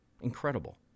Incredible